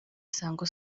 isango